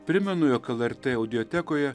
primenu jog el er tė audiotekoje